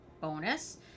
bonus